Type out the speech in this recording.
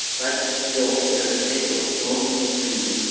but we all sit at the table. we all need to feed.